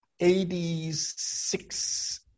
86